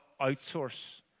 outsource